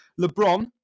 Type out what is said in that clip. LeBron